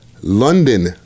London